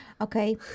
Okay